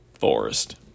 forest